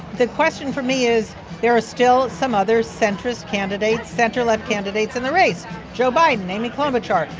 the question for me is there are still some other centrist candidates center-left candidates in the race joe biden, amy klobuchar.